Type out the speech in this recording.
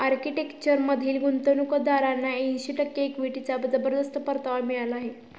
आर्किटेक्चरमधील गुंतवणूकदारांना ऐंशी टक्के इक्विटीचा जबरदस्त परतावा मिळाला आहे